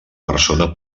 persona